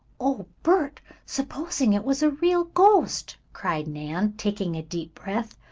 oh, bert, supposing it was a real ghost? cried nan, taking a deep breath.